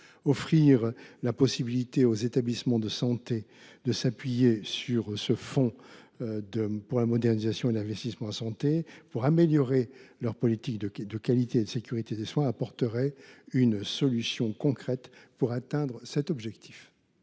Offrir la possibilité aux établissements de santé de s’appuyer sur le fonds pour la modernisation et l’investissement en santé pour améliorer leur politique de qualité et de sécurité des soins apporterait ainsi une solution concrète pour atteindre cet objectif.